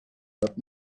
not